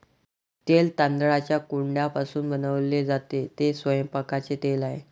तेल तांदळाच्या कोंडापासून बनवले जाते, ते स्वयंपाकाचे तेल आहे